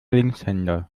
linkshänder